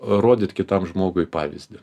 rodyt kitam žmogui pavyzdį